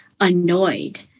annoyed